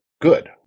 good